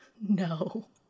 No